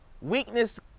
Weakness